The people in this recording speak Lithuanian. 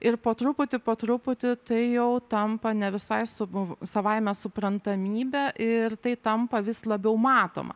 ir po truputį po truputį tai jau tampa ne visai subu savaime suprantamybe ir tai tampa vis labiau matoma